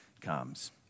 comes